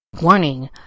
Warning